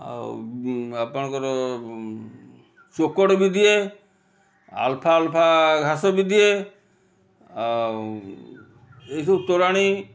ଆଉ ବି ଆପଣଙ୍କର ଚୋକଡ଼ ବି ଦିଏ ଆଲ୍ଫା ଆଲ୍ଫା ଘାସ ବି ଦିଏ ଆଉ ଏଇସବୁ ତୋରାଣି